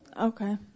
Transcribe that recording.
Okay